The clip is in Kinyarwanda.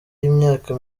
y’imyaka